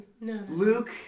Luke